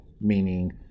meaning